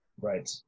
Right